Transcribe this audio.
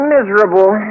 Miserable